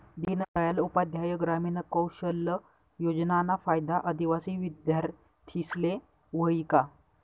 दीनदयाल उपाध्याय ग्रामीण कौशल योजनाना फायदा आदिवासी विद्यार्थीस्ले व्हयी का?